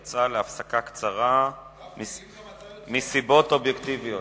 השר יצא להפסקה קצרה מסיבות אובייקטיביות.